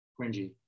cringy